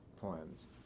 poems